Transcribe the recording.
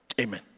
amen